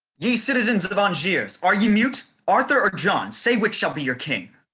ye citizens of angiers, are ye mute? arthur or john, say which shall be your king!